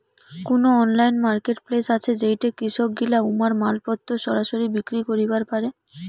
কুনো online marketplace আছে যেইঠে কৃষকগিলা উমার মালপত্তর সরাসরি বিক্রি করিবার পারে?